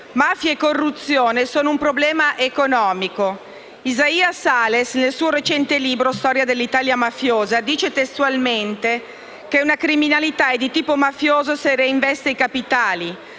Mafie e corruzione sono un problema economico. Isaia Sales, nel suo recente libro «Storia dell'Italia mafiosa», dice testualmente che: «Una criminalità è di tipo mafioso se reinveste capitali,